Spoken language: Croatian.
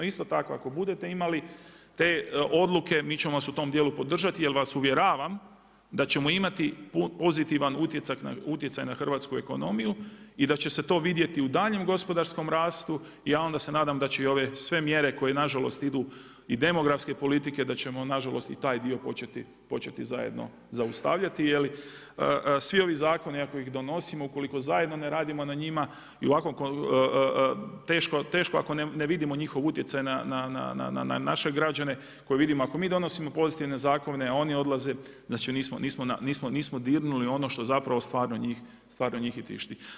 Isto tako, ako budete imali te odluke mi ćemo vas u tom djelu podržati, jer vas uvjeravam da ćemo imati pozitivan utjecaj na hrvatsku ekonomiju i da će se to vidjeti u daljnjem gospodarskom rastu, ja onda se nadam da će i ove sve mjere koje nažalost idu i demografske politike, da ćemo nažalost i taj dio, početi zajedno zaustavljati jer svi ovi zakoni ako ih donosimo, ukoliko zajedno ne radimo na njima, i teško ako ne vidimo njihov utjecaj na naše građane, ako mi donosimo pozitivne zakone, oni odlaze, znači nismo dirnuli ono što zapravo stvarno njih i tišti.